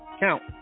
count